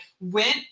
went